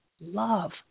love